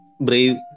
brave